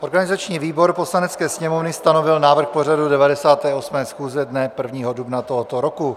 Organizační výbor Poslanecké sněmovny stanovil návrh pořadu 98. schůze dne 1. dubna tohoto roku.